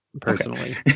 personally